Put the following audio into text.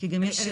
כי גם יש ---.